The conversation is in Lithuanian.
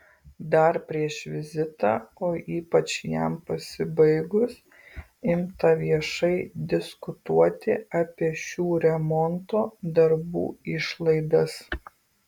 dar prieš vizitą o ypač jam pasibaigus imta viešai diskutuoti apie šių remonto darbų išlaidas